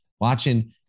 watching